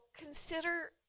consider